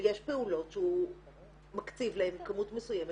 שיש פעולות שהוא מקציב להן כמות מסוימת